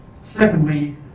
Secondly